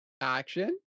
action